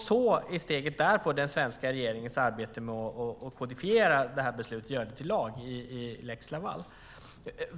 Steget därpå var den svenska regeringens arbete med att kodifiera detta beslut och göra det till lag i lex Laval.